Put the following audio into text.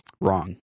wrong